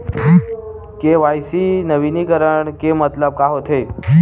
KYC नवीनीकरण के मतलब का होथे?